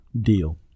deal